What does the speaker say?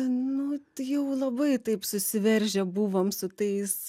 nu jau labai taip susiveržę buvom su tais